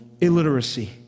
illiteracy